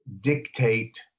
dictate